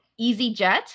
easyjet